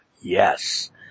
Yes